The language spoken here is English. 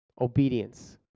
obedience